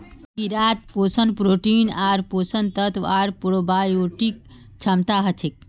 कीड़ात पोषण प्रोटीन आर पोषक तत्व आर प्रोबायोटिक क्षमता हछेक